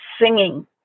singing